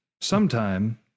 sometime